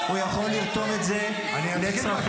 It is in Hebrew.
הוא יכול לרתום את זה לצרכים --- איזה מקורב